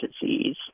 disease